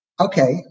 okay